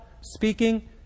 speaking